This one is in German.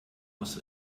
muss